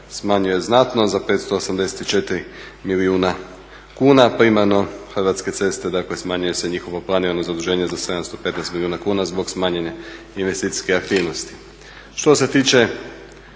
smanjuje znatno za 584 milijuna kuna. Primarno Hrvatske ceste, dakle smanjuje se njihovo planirano zaduženje za 715 milijuna kuna zbog smanjene investicijske aktivnosti.